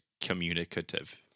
communicative